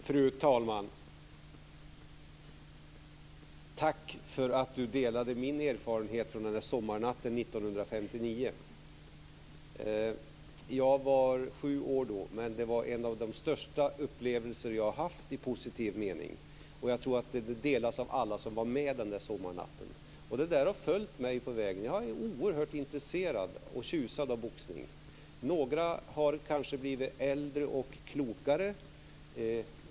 Fru talman! Jag tackar Elisabeth Fleetwood för att hon delade min erfarenhet den där sommarnatten 1959. Jag var sju år då, men det var en av de största upplevelser i positiv mening som jag har haft, och jag tror att den delas av alla som var med den sommarnatten. Detta har följt mig på vägen. Jag är oerhört intresserad och tjusad av boxning. Några har kanske blivit äldre och klokare.